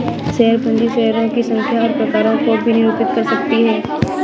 share पूंजी शेयरों की संख्या और प्रकारों को भी निरूपित कर सकती है